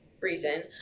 reason